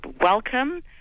welcome